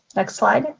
next slide.